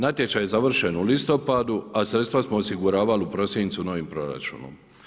Natječaj završen u listopadu a sredstva smo osiguravali u prosincu novim proračunom.